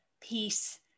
peace